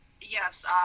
Yes